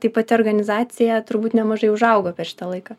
tai pati organizacija turbūt nemažai užaugo per šitą laiką